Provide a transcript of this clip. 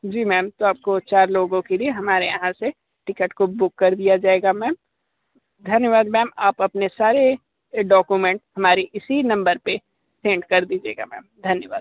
जी ma'am तो आपको चार लोगों के लिए हमारे यहाँ से टिकट को बुक कर दिया जाएगा मैम धन्यवाद मैम आप अपने सारे डॉक्यूमेंट हमारे इसी नंबर पर सेंड कर दीजिएगा मैम धन्यवाद मैम